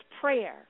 prayer